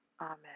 Amen